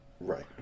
Right